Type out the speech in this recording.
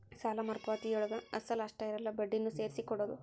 ಸಾಲ ಮರುಪಾವತಿಯೊಳಗ ಅಸಲ ಅಷ್ಟ ಇರಲ್ಲ ಬಡ್ಡಿನೂ ಸೇರ್ಸಿ ಕೊಡೋದ್